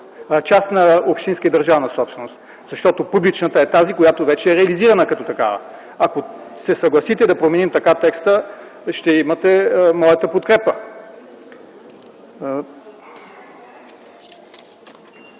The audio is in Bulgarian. частна общинска и държавна собственост. Защото публичната е тази, която вече е реализирана като такава. Ако се съгласите да променим така текста, ще имате моята подкрепа.